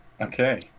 okay